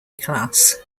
class